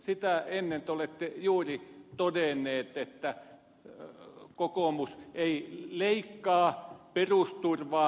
sitä ennen te olette juuri todennut että kokoomus ei leikkaa perusturvaa